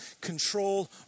control